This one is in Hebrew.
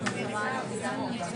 לכולם.